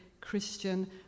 Christian